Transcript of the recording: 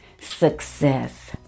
success